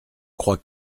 croient